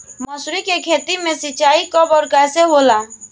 मसुरी के खेती में सिंचाई कब और कैसे होला?